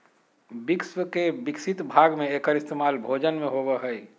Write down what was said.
विश्व के विकसित भाग में एकर इस्तेमाल भोजन में होबो हइ